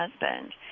husband